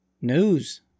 news